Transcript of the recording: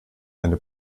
eine